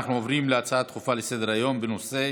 אנחנו עוברים להצעה דחופה לסדר-היום בנושא: